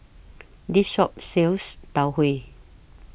This Shop sells Tau Huay